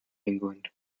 england